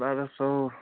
बाह्र सय